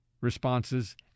responses